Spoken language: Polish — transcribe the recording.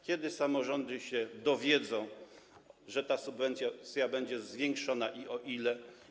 Kiedy samorządy się dowiedzą, czy ta subwencja będzie zwiększona i o ile?